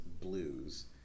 blues